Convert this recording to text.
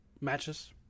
matches